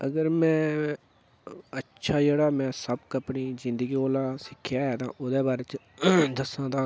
अगर मैं अच्छा जेह्ड़ा मैं सबक अपनी जिन्दगी कोला सिक्खेआ ऐ तां ओह्दे बारे च दस्सां तां